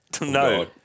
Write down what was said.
No